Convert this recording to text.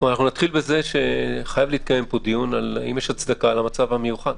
אתחיל בזה שחייב להתקיים פה דיון בשאלה האם יש הצדקה למצב המיוחד.